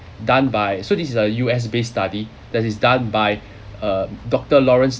done by so this is a U_S based study that is done by a doctor lawrence